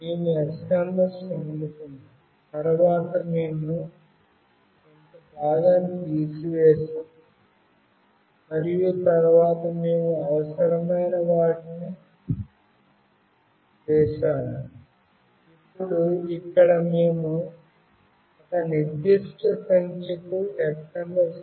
మేము SMS ను అందుకున్నాము తరువాత మేము కొంత భాగాన్ని తీసివేశాం మరియు తరువాత మేము అవసరమైన వాటిని చేసాము ఇప్పుడు ఇక్కడ మేము ఒక నిర్దిష్ట సంఖ్యకు SMS పంపాలి